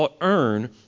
earn